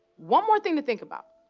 one more thing to think about,